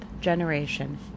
generation